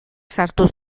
sartu